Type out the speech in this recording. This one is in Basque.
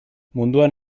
munduan